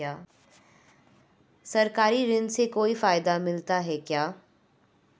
सरकारी ऋण से कोई फायदा मिलता है क्या?